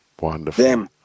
Wonderful